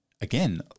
Again